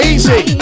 Easy